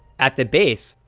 at the base,